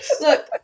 Look